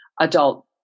adult